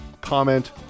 comment